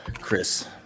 Chris